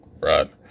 right